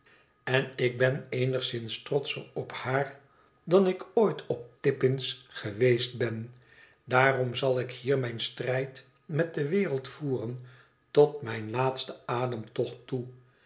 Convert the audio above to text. en ik ben eenigszins trotscher op haar dan ik ooit op tippins geweest ben daarom zal ik hier mijn strijd met de wereld voeren tot mijn laatsten ademtocht toe